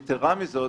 יתירה מזאת,